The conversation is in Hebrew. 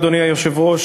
אדוני היושב-ראש,